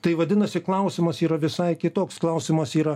tai vadinasi klausimas yra visai kitoks klausimas yra